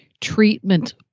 treatment